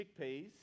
chickpeas